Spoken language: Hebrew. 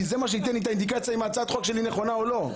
זה מה שייתן לי את האינדיקציה אם הצעת החוק שלי נכונה או לא.